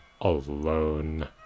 alone